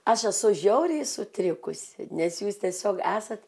aš esu žiauriai sutrikusi nes jūs tiesiog esat